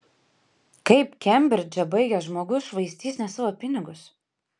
kaip kembridžą baigęs žmogus švaistys ne savo pinigus